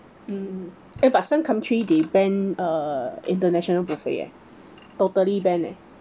mmhmm eh but some country they ban uh international buffet leh totally ban leh